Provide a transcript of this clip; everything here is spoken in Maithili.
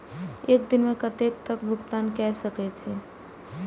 एक दिन में कतेक तक भुगतान कै सके छी